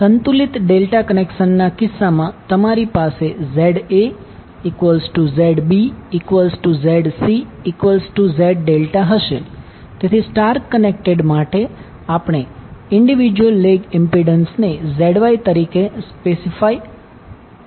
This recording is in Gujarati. સંતુલિત ડેલ્ટા કનેક્શન ના કિસ્સામાં તમારી પાસે ZaZbZcZ∆ હશે તેથી સ્ટાર કનેક્ટેડ માટે આપણે વ્યક્તિગત લેગ ઇમ્પિડન્સને ZYતરીકે સ્પેસિફાય કરીશું